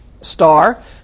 star